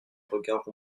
regard